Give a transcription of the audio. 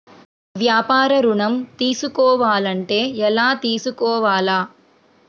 వ్యాపార ఋణం తీసుకోవాలంటే ఎలా తీసుకోవాలా?